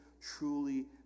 truly